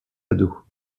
ados